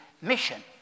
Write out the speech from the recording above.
mission